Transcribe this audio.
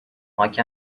مایک